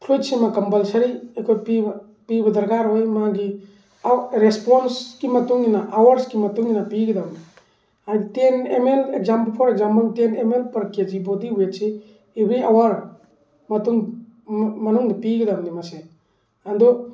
ꯐ꯭ꯂꯨꯏꯗꯁꯤꯃ compulsory ꯑꯩꯈꯣꯏ ꯄꯤꯕ ꯄꯤꯕ ꯗꯔꯀꯥꯔ ꯑꯣꯏ ꯃꯥꯒꯤ ꯑꯥꯎꯠ ꯔꯤꯁꯄꯣꯟꯁꯀꯤ ꯃꯇꯨꯡ ꯏꯟꯅ ꯑꯋꯥꯔꯁꯀꯤ ꯃꯇꯨꯡꯏꯟꯅ ꯄꯤꯒꯗꯕꯅꯤ ꯍꯥꯏꯗꯤ ten M L for example ten M L per K G body weights every hour ꯃꯇꯨꯡ ꯃꯅꯨꯡꯗ ꯄꯤꯒꯗꯕꯅꯦ ꯃꯁꯦ ꯑꯗꯣ